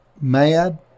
mad